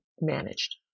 managed